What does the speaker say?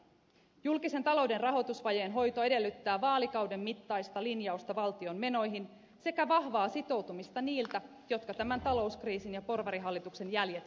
julkisen talouden rahoitusvajeen hoito edellyttää vaalikauden mittaista linjausta valtion menoihin sekä vahvaa sitoutumista niiltä jotka tämän talouskriisin ja porvarihallituksen jäljet korjaavat